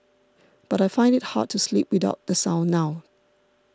but I find it hard to sleep without the sound now